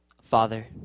Father